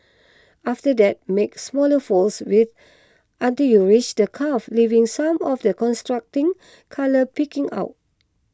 after that make smaller folds wiht until you reach the cuff leaving some of the contrasting colour peeking out